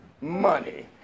money